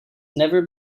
never